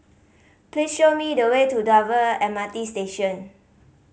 please show me the way to Dover M R T Station